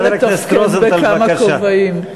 חבר הכנסת רוזנטל, בבקשה.